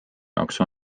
jaoks